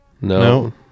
No